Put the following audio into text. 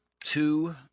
two